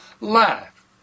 life